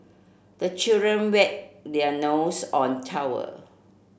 the children wipe their nose on towel